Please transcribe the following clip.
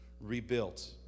rebuilt